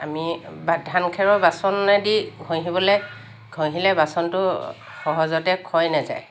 আমি বা ধান খেৰৰ বাচনে দি ঘঁহিবলৈ ঘঁহিলে বাচনটো সহজতে ক্ষয় নেযায়